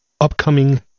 upcoming